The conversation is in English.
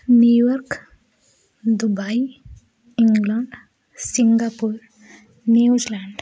New York Dubai England Singapore New Zealand